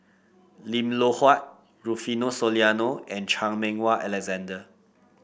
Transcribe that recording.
Lim Loh Huat Rufino Soliano and Chan Meng Wah Alexander